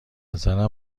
نظرم